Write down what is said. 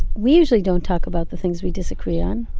we usually don't talk about the things we disagree on.